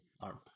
arm